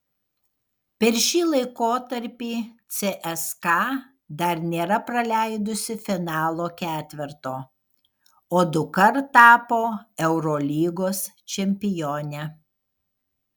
per šį laikotarpį cska dar nėra praleidusi finalo ketverto o dukart tapo eurolygos čempione